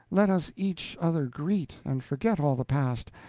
let us each other greet, and forget all the past,